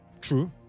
True